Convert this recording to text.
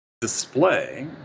display